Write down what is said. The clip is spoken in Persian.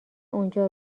اونجا